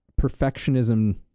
perfectionism